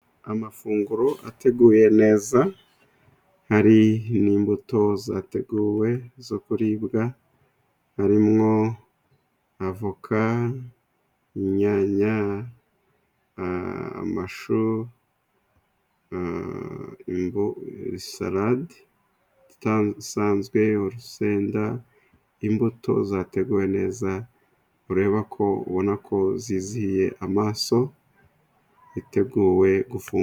Amafunguro ateguye neza. Hari n'imbuto zateguwe zo kuribwa. Harimwo avoka, inyanya amashu, salade isanzwe urusenda imbuto zateguwe neza ubona ko zizihiye amaso, yiteguwe gufungurwa